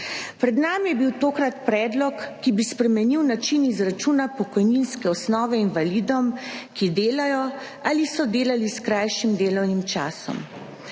Pred nami je bil tokrat predlog, ki bi spremenil način izračuna pokojninske osnove invalidom, ki delajo ali so delali s krajšim delovnim časom.